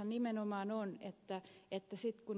ajatushan nimenomaan on että